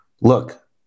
look